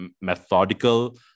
methodical